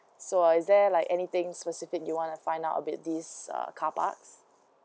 so is there like anything specific you wanna find out a bit this uh carparks